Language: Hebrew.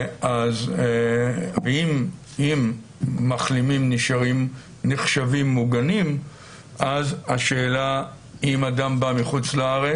אז אם מחלימים נשארים נחשבים מוגנים אז השאלה היא אם אדם בא מחו"ל,